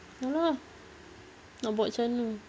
ya lah nak buat macam mana